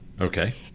Okay